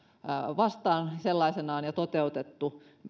vastaan sellaisenaan ja toteutettu